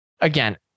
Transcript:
again